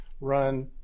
run